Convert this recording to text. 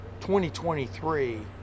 2023